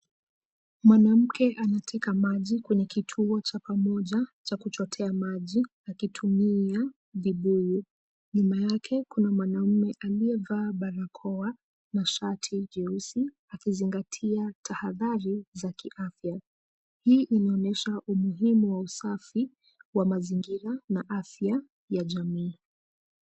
Mwanamke anateka maji kwenye kituo cha pamoja cha kuchotea maji akitumia vibuyu. Nyuma yake kuna mwanaume aliyevaa barakoa na shati jeusi akizingatia tahadhari za kiafya. Hii inaonyesha umuhimu wa usafi wa mazingira na afya ya jamii.